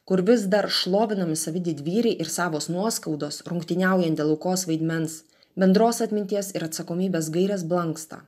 kur vis dar šlovinami savi didvyriai ir savos nuoskaudos rungtyniaujant dėl aukos vaidmens bendros atminties ir atsakomybės gairės blanksta